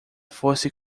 fosse